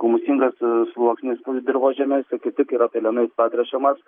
humusingas sluoksnis tų dirvožemiuose kaip tik yra pelenais patręšiamas